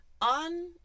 On